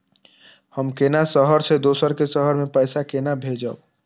हम केना शहर से दोसर के शहर मैं पैसा केना भेजव?